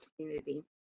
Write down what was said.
community